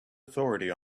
authority